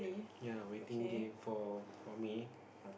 ya waiting game for for me